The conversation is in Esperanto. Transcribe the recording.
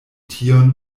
tion